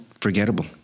forgettable